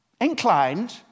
inclined